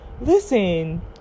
Listen